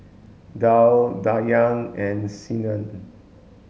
Dhia Dayang and Senin